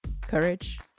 courage